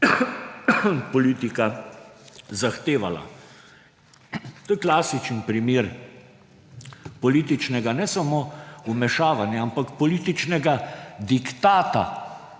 politika zahtevala. To je klasičen primer političnega ne samo vmešavanja, ampak političnega diktata;